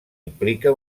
implica